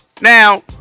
Now